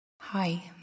Hi